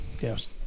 Yes